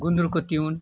गुन्द्रुकको तिहुन